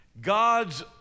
God's